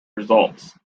results